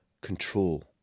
control